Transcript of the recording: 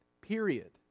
period